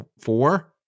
four